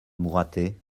mouratet